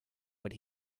but